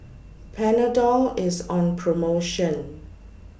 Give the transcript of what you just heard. Panadol IS on promotion